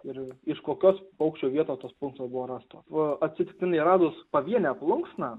ir iš kokios paukščio vietos tos plunksnos buvo rastos atsitiktinai radus pavienę plunksną